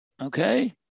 Okay